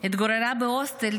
התגוררה בהוסטל,